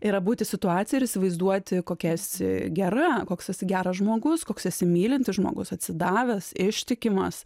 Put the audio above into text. yra būti situacijoj ir įsivaizduoti kokia esi gera koks esi geras žmogus koks esi mylintis žmogus atsidavęs ištikimas